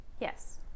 Yes